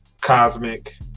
cosmic